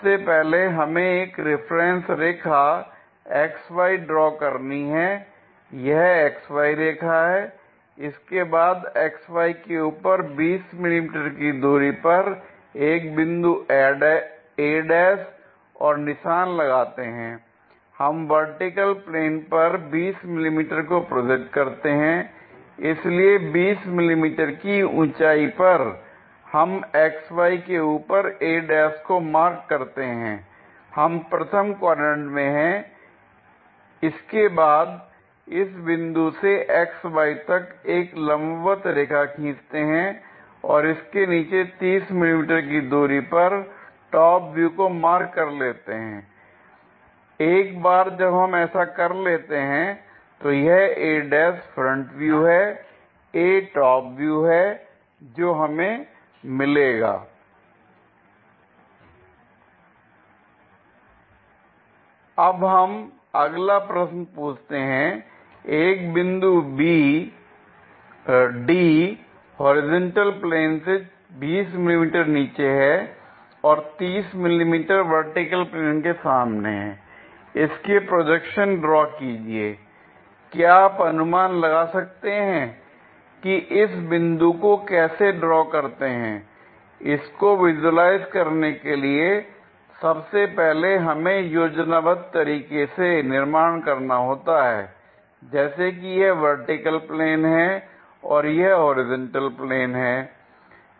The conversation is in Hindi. सबसे पहले हमें एक रिफरेंस रेखा XY ड्रॉ करनी है यह XY रेखा है इसके बाद XY के ऊपर 20 मिलीमीटर की दूरी पर एक बिंदु a ' और निशान लगाते हैं हम वर्टिकल प्लेन पर 20 मिली मीटर को प्रोजेक्ट करते हैं l इसलिए 20 मिली मीटर की ऊंचाई पर हम XY के ऊपर a ' को मार्क करते हैं हम प्रथम क्वाड्रेंट में हैं l इसके बाद इस बिंदु से XY तक एक लंबवत रेखा खींचते हैं और इसके नीचे 30 मिली मीटर की दूरी पर टॉप व्यू को मार्क कर लेते हैं l एक बार जब हम ऐसा कर लेते हैं तो यह a ' फ्रंट व्यू है a टॉप व्यू है जो हमें मिलेगा l अब हम अगला प्रश्न पूछते हैं l एक बिंदु D हॉरिजॉन्टल प्लेन से 20 मिली मीटर नीचे है और 30 मिलीमीटर वर्टिकल प्लेन के सामने है इसके प्रोजेक्शन ड्रॉ कीजिए l क्या आप अनुमान लगा सकते हैं कि इस बिंदु को कैसे ड्रॉ करते हैं इसको विजुलाइज करने के लिए सबसे पहले हमें योजनाबद्ध तरीके से निर्माण करना होता है जैसे कि यह वर्टिकल प्लेन है और यह होरिजेंटल प्लेन हैं